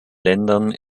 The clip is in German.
ländern